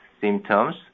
symptoms